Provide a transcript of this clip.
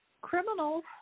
criminals